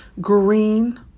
green